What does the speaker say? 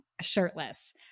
shirtless